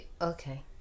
Okay